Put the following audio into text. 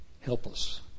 helpless